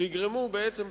שיגרמו בעצם,